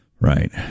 Right